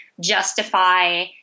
justify